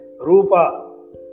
Rupa